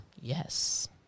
Yes